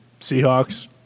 Seahawks